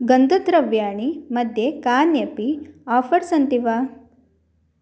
गन्धद्रव्याणि मध्ये कान्यपि आफ़र् सन्ति वा